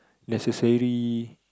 necessarily